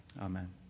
Amen